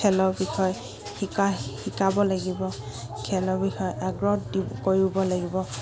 খেলৰ বিষয় শিকা শিকাব লাগিব খেলৰ বিষয়ে আগ্ৰহ দি কৰিব লাগিব